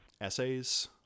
essays